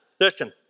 listen